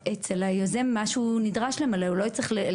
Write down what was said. הוא ימלא את מה שהוא נדרש למלא אצל היוזם.